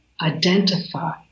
identify